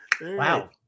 Wow